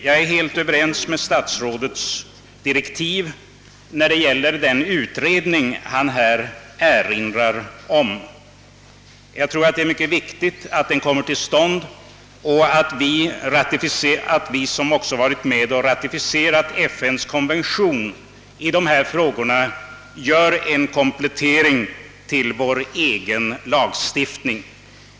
Jag är helt införstådd med statsrådets direktiv när det gäller den utredning han erinrade om. Jag tror att det är mycket viktigt att denna kommer till stånd och att vi, som också varit med om att ratificera FN:s konvention i dessa frågor, gör en komplettering av vår egen lagstiftning i detta avseende.